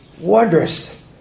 Wondrous